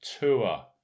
Tour